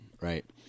Right